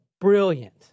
brilliant